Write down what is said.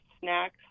snacks